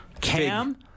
Cam